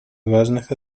важных